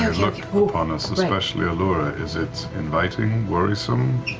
look upon us, especially allura? is it inviting, worrisome,